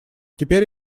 теперь